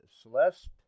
Celeste